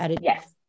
Yes